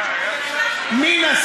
חיים, שבועיים היא מוכנה.